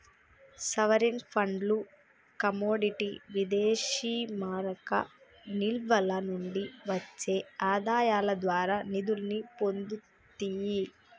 sovereign ఫండ్లు commodity విదేశీమారక నిల్వల నుండి వచ్చే ఆదాయాల ద్వారా నిధుల్ని పొందుతియ్యి